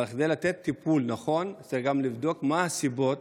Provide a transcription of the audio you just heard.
אבל כדי לתת טיפול נכון צריך גם לבדוק מה הסיבות